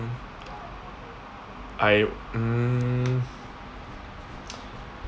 I mm